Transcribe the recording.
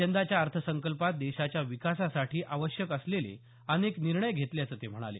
यंदाच्या अर्थसंकल्पात देशाच्या विकासासाठी आवश्यक असलेले अनेक निर्णय घेतल्याचं ते म्हणाले